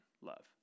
love